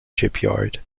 shipyard